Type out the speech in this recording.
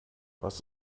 was